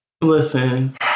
Listen